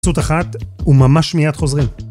פרסומת אחת, וממש מיד חוזרים.